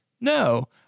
no